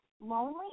lonely